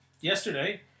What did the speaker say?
yesterday